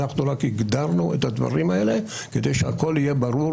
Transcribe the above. אנחנו רק הגדרנו את הדברים האלה כדי שהכול יהיה ברור,